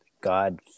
God